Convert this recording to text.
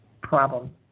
problem